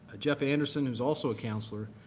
jeff anderson, who is also a counselor,